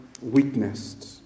witnessed